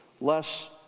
less